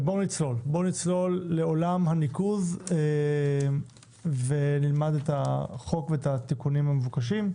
בואו נצלול לעולם הניקוז ונלמד את החוק ואת התיקונים המבוקשים.